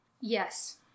Yes